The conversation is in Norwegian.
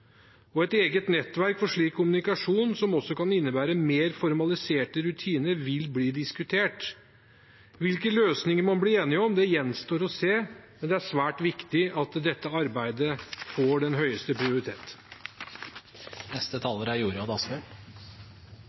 Et eget nettverk for slik kommunikasjon, som også kan innebære mer formaliserte rutiner, vil bli diskutert. Hvilke løsninger man blir enig om, gjenstår å se, men det er svært viktig at dette arbeidet får den høyeste prioritet. Det er ikke noen tvil, dette er